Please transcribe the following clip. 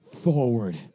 forward